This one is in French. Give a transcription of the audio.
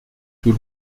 tout